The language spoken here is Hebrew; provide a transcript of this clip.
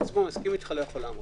מסכים אתך לא יכול לעמוד.